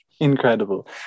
Incredible